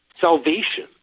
salvation